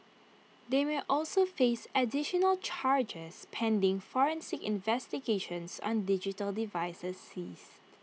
they may also face additional charges pending forensic investigations on digital devices seized